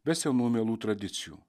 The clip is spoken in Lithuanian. be senų mielų tradicijų